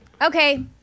Okay